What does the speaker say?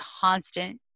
constant